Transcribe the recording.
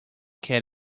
get